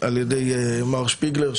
על ידי מר שפיגלר,